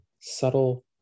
subtle